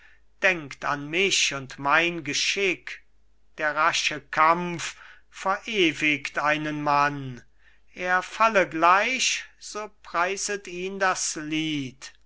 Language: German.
denkt an mich und mein geschick der rasche kampf verewigt einen mann er falle gleich so preiset ihn das lied